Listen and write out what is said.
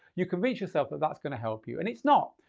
you convince yourself that that's gonna help you and it's not.